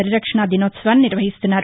పరిరక్షణ దినోత్సవాన్ని నిర్వహిస్తున్నారు